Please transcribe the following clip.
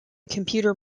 computer